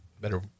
Better